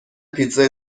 پیتزای